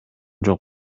жок